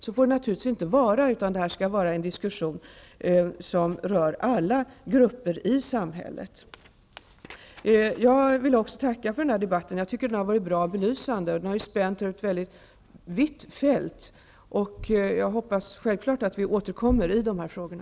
Så får det naturligtvis inte vara, utan det skall föras en diskussion som rör alla grupper i samhället. Jag vill också tacka för den här debatten. Den har varit bra och belysande och spänt över ett väldigt vitt fält. Jag hoppas självklart att vi återkommer i de här frågorna.